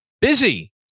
Busy